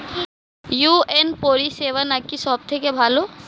UNO পরিসেবা নাকি সব থেকে ভালো?